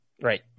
Right